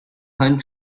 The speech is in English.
hunt